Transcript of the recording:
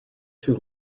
too